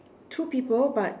two people but